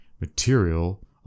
material